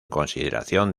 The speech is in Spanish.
consideración